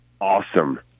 awesome